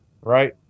right